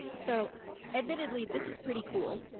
so admittedly this is pretty cool,